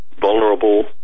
vulnerable